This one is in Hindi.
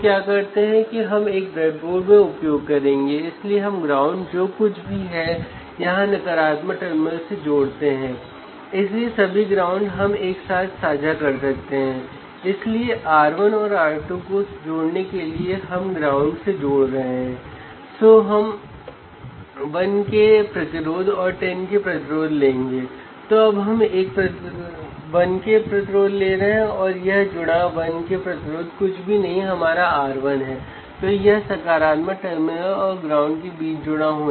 क्योंकि तब अन्य पैरामीटर प्रभावी हो जाएंगे और आपको वास्तविक प्रतिरोध नहीं मिलेगा